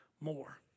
more